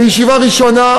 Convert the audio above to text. בישיבה הראשונה,